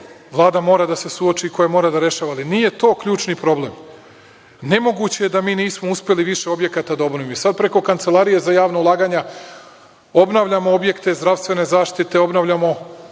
Vlada da se suoči i koje mora da rešava, ali nije to ključni problem. Nemoguće je da nismo uspeli više objekata da obnovimo. Sada preko Kancelarije za javna ulaganja obnavljamo objekte zdravstvene zaštite, obnavljamo